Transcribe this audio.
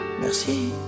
Merci